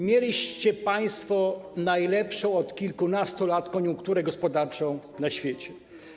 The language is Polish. Mieliście państwo najlepszą od kilkunastu lat koniunkturę gospodarczą na świecie.